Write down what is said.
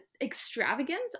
extravagant